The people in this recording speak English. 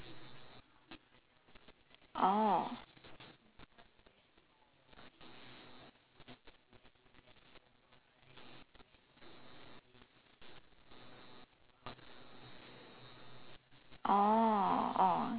oh oh